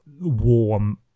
warm